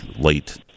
late